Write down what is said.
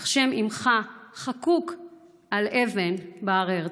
אך שם אימך חקוק על אבן בהר הרצל.